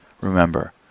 remember